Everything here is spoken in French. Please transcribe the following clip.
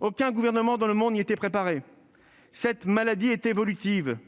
Aucun gouvernement dans le monde n'y était préparé. Cette maladie est évolutive